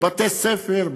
בתי-ספר,